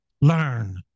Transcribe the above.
Learn